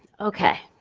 okay,